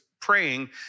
praying